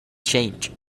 change